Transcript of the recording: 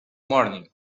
morning